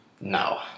No